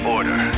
Order